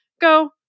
go